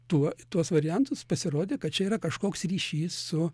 tuo tuos variantus pasirodė kad čia yra kažkoks ryšys su